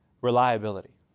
reliability